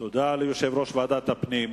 תודה ליושב-ראש ועדת הפנים.